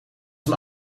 een